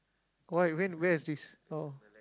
why when where is this oh